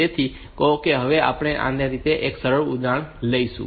તેથી કહો કે હવે આપણે આ રીતનું એક સરળ ઉદાહરણ લઈશું